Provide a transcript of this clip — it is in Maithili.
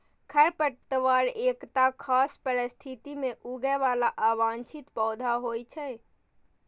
खरपतवार एकटा खास परिस्थिति मे उगय बला अवांछित पौधा होइ छै